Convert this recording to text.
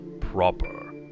proper